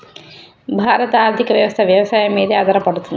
భారత ఆర్థికవ్యవస్ఠ వ్యవసాయం మీదే ఆధారపడింది